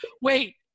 wait